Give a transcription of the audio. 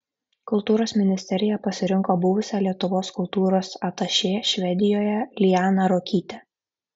kultūros ministerija pasirinko buvusią lietuvos kultūros atašė švedijoje lianą ruokytę